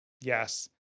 yes